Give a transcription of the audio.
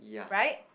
right